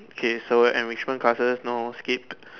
okay so enrichment classes no skip